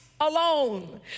Alone